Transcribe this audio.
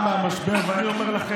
29 שנים לא עבר, וזה עבר.